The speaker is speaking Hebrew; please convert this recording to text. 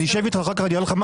אני אשב איתך אחר כך אלגברה.